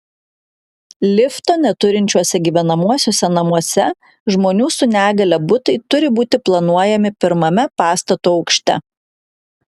lifto neturinčiuose gyvenamuosiuose namuose žmonių su negalia butai turi būti planuojami pirmame pastato aukšte